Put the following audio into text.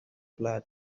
blood